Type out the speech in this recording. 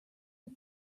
can